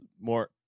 more